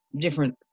different